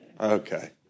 Okay